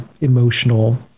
emotional